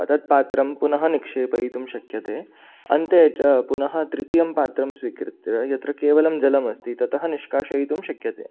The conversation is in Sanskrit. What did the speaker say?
तत् पात्रं पुनः निक्षेपयितुं शक्यते अन्ते च पुनः तृतीयं पात्रं स्वीकृत्य यत्र केवलं जलम् अस्ति ततः निष्कासयितुं शक्यते